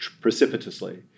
precipitously